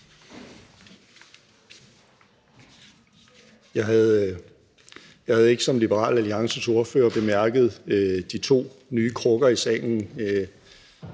Jeg havde ikke som Liberal Alliances ordfører bemærket de to nye krukker i salen.